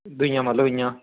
दूइयां मतलब इंया